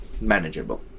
manageable